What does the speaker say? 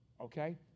okay